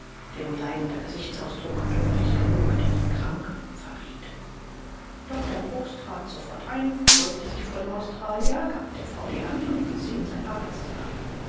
deren leidender gesichtsausdruck deutlich genug die kranke verriet dr bruchs trat sofort ein verbeugte sich vor dem australier gab der frau die hand und wies sie in sein arbeitszimmer